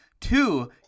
Two